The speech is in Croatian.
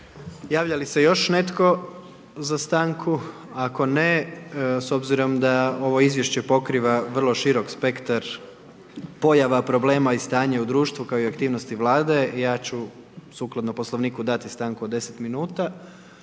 Javlja li se još netko za stanku? Ako ne, s obzirom da ovo izvješće pokriva vrlo širok spektar pojava, problema i stanje u društvu kao i aktivnosti Vlade, ja ću sukladno Poslovniku dati stanku od 10 minuta.